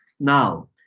Now